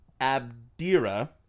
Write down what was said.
abdera